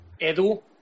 Edu